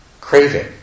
Craving